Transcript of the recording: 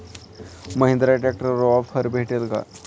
महिंद्रा ट्रॅक्टरवर ऑफर भेटेल का?